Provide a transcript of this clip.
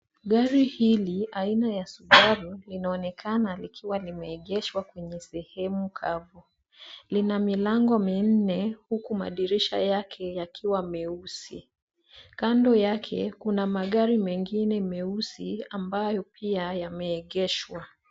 Gari hili, aina ya Subaru, linaonekana lkiwa limeegeshwa kwenye sehemu kavu. Lina milango minne huku madirisha yake yakiwa meusi. Kando yake kuna magari mengine meusi ambayo pia yameegeshwa.